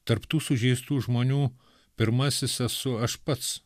tarp tų sužeistų žmonių pirmasis esu aš pats